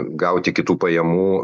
gauti kitų pajamų